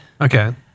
Okay